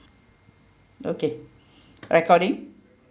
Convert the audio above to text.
okay recording